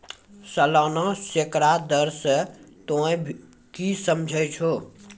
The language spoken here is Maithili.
सलाना सैकड़ा दर से तोंय की समझै छौं